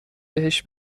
بهش